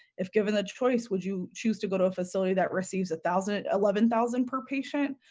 if given a choice would you choose to go to a facility that receives a thousand eleven thousand per patient?